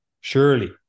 Surely